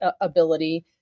ability